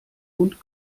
und